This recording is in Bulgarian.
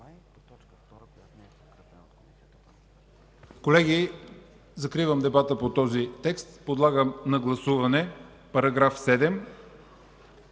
Колеги, закривам дебата по този текст. Подлагам на гласуване § 7.